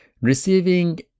receiving